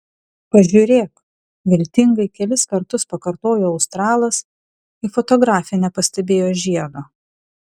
pažiūrėk viltingai kelis kartus pakartojo australas kai fotografė nepastebėjo žiedo